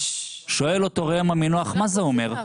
שואל אותו ראם עמינח: מה זה אומר?